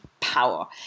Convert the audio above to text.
power